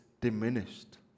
diminished